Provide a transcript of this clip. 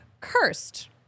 cursed